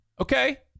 Okay